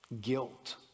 Guilt